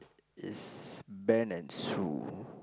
is Ben and Sue